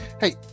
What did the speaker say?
Hey